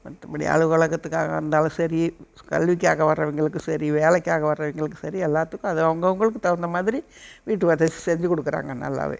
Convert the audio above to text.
மற்றபடி அது உலகத்துக்காக இருந்தாலும் சரி கல்விக்காக வரவங்களுக்கும் சரி வேலைக்காக வரவங்களுக்கும் சரி எல்லாத்துக்கும் அது அவங்கவுங்களுக்கு தகுந்த மாதிரி வீட்டு வசதி செஞ்சிக் கொடுக்குறாங்க நல்லாவே